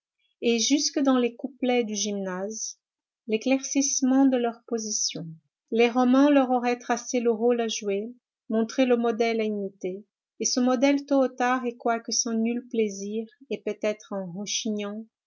et jusque dans les couplets du gymnase l'éclaircissement de leur position les romans leur auraient tracé le rôle à jouer montré le modèle à imiter et ce modèle tôt ou tard et quoique sans nul plaisir et peut-être en